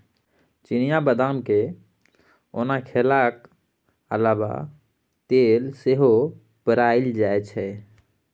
चिनियाँ बदाम केँ ओना खेलाक अलाबा तेल सेहो पेराएल जाइ छै